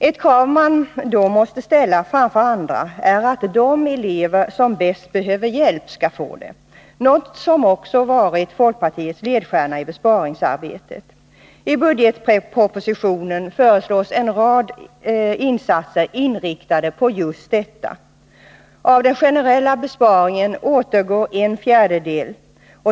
Ett krav som man då måste ställa framför andra är att de elever som bäst behöver hjälp skall få sådan, något som också varit folkpartiets ledstjärna i besparingsarbetet. I budgetpropositionen föreslås en rad insatser inriktade på just detta. Av den generella besparingen återgår en fjärdedel.